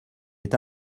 est